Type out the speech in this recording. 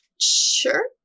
Sure